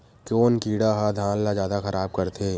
कोन कीड़ा ह धान ल जादा खराब करथे?